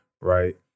Right